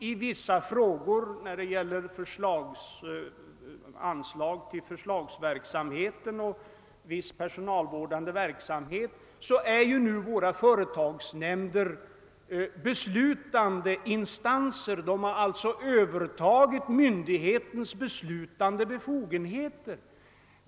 I vissa frågor när det gäller anslag till förslagsverksamheten och viss personalvårdande verksamhet är våra företagsnämnder beslutande instanser. De har alltså övertagit myndighetens beslutsbefogenheter.